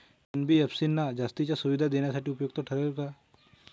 NBFC ना जास्तीच्या सुविधा देण्यासाठी उपयुक्त ठरेल का?